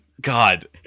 God